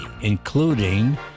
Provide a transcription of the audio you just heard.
including